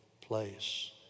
place